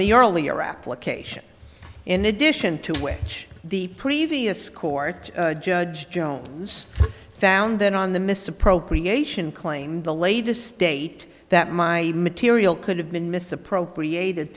the earlier application in addition to which the previous court judge jones found then on the misappropriation claim the latest date that my material could have been misappropriated